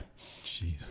Jeez